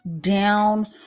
down